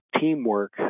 teamwork